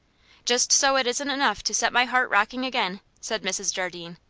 just so it isn't enough to set my heart rocking again, said mrs. jardine.